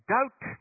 Doubt